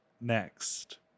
Next